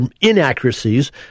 inaccuracies